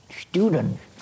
students